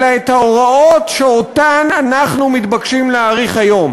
אלא את ההוראות שאנחנו מתבקשים להאריך היום